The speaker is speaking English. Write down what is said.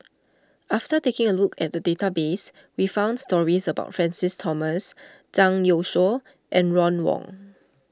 after taking a look at the database we found stories about Francis Thomas Zhang Youshuo and Ron Wong